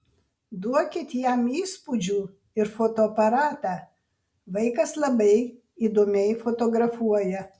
duokit jam įspūdžių ir fotoaparatą vaikas labai įdomiai fotografuoja